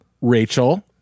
Rachel